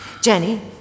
Jenny